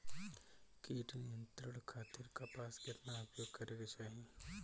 कीट नियंत्रण खातिर कपास केतना उपयोग करे के चाहीं?